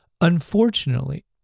unfortunately